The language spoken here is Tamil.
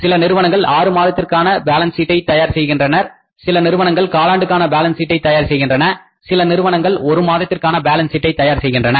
சில நிறுவனங்கள் 6 மாதத்திற்கான பேலன்ஸ் ஷீட்டை தயார் செய்கின்றனர் சில நிறுவனங்கள் காலாண்டுக்கான பேலன்ஸ் ஷீட்டை தயார் செய்கின்றன சில நிறுவனங்கள் ஒரு மாதத்திற்கான பேலன்ஸ் சீட்டை தயார் செய்கின்றன